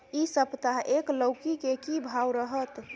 इ सप्ताह एक लौकी के की भाव रहत?